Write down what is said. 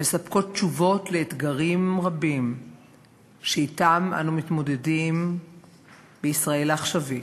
מספקות תשובות לאתגרים רבים שאתם אנו מתמודדים בישראל העכשווית,